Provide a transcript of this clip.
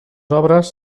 obres